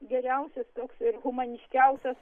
geriausias toks ir humaniškiausias